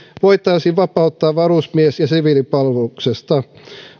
voitaisiin vapauttaa varusmies ja siviilipalveluksesta